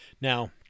Now